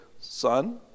Son